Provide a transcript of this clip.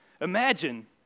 Imagine